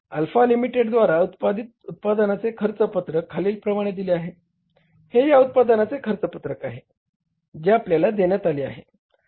alpha Limited द्वारा उत्पादित उत्पादनाचे खर्च पत्रक खालीलप्रमाणे दिले आहे हे या उत्पादनाचे खर्च पत्रक आहे जे आपल्याला देण्यात आले आहे